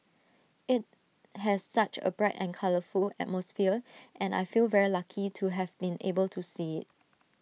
IT has such A bright and colourful atmosphere and I feel very lucky to have been able to see IT